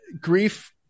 grief